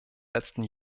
letzten